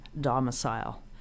domicile